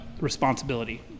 responsibility